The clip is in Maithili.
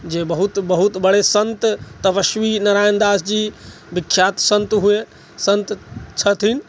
जे बहुत बहुत संत तपस्वी नारायण दास जी विख्यात संत हुए संत छथिन